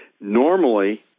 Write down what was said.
Normally